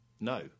no